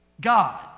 God